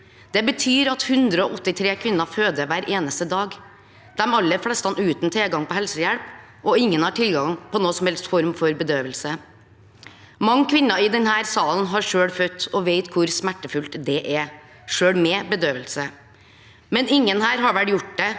Det betyr at 183 kvinner føder hver eneste dag, de aller fleste uten tilgang på helsehjelp, og ingen har tilgang på noen som helst form for bedøvelse. Mange kvinner i denne salen har selv født og vet hvor smertefullt det er, selv med bedøvelse, men ingen her har vel gjort det